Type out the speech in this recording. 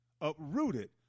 uprooted